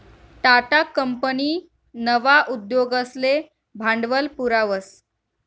Tata company नवा उद्योगसले भांडवल पुरावस